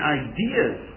ideas